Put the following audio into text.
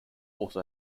also